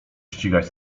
ścigać